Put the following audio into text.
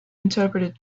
interpreted